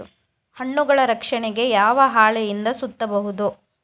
ಹಣ್ಣುಗಳ ರಕ್ಷಣೆಗೆ ಯಾವ ಹಾಳೆಯಿಂದ ಸುತ್ತಬಹುದು?